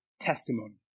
testimony